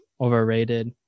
overrated